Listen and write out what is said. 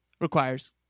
requires